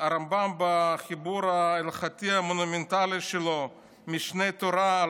בחיבור ההלכתי המונומנטלי שלו משנה תורה,